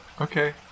okay